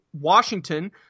Washington